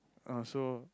ah so